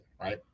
right